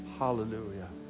Hallelujah